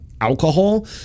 alcohol